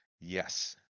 Yes